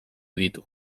ditu